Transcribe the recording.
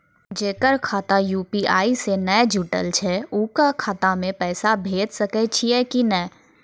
जेकर खाता यु.पी.आई से नैय जुटल छै उ खाता मे पैसा भेज सकै छियै कि नै?